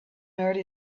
earth